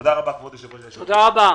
תודה רבה.